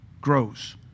grows